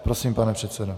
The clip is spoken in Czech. Prosím, pane předsedo.